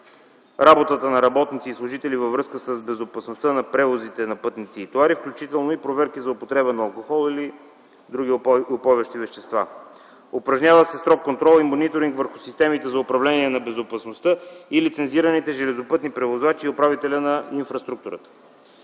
работата на работниците и служителите във връзка с безопасността на превозите на пътници и товари, включително и проверки за употреба на алкохол и на други упойващи вещества. Упражнява се строг контрол и мониторинг върху системите за управление на безопасността и лицензираните железопътни превозвачи и управителя на инфраструктурата.